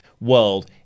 world